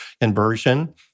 inversion